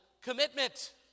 commitment